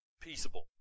peaceable